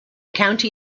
county